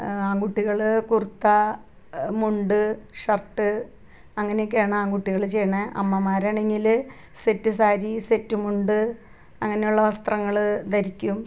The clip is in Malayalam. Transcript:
ആൺകുട്ടികൾ കുർത്ത മുണ്ട് ഷർട്ട് അങ്ങനെ ഒക്കെയാണ് ആൺകുട്ടുകൾ ചെയ്യണേ അമ്മമാരാണെങ്കിൽ സെറ്റ് സാരി സെറ്റ് മുണ്ട് അങ്ങനെയുള്ള വസ്ത്രങ്ങൾ ധരിക്കും